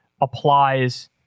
applies